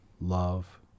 love